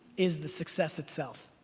is the success itself.